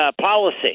policy